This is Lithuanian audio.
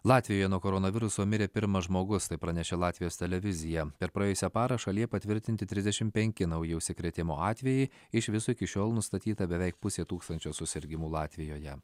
latvijoje nuo koronaviruso mirė pirmas žmogus tai pranešė latvijos televizija per praėjusią parą šalyje patvirtinti trisdešim penki nauji užsikrėtimo atvejai iš viso iki šiol nustatyta beveik pusė tūkstančio susirgimų latvijoje